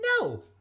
No